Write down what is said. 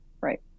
Right